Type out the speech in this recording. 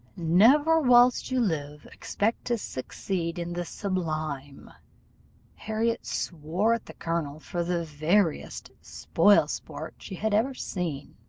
never whilst you live expect to succeed in the sublime harriot swore at the colonel for the veriest spoil-sport she had ever seen,